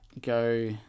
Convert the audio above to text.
go